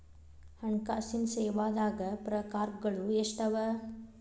ಹಣ್ಕಾಸಿನ್ ಸೇವಾದಾಗ್ ಪ್ರಕಾರ್ಗಳು ಎಷ್ಟ್ ಅವ?